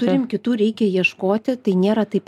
turim kitų reikia ieškoti tai nėra taip